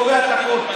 קובע את הכול,